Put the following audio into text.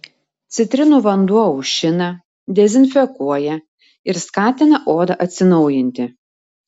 citrinų vanduo aušina dezinfekuoja ir skatina odą atsinaujinti